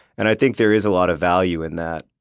and i think there is a lot of value in that.